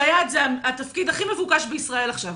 סייעת זה התפקיד הכי מבוקש בישראל עכשיו,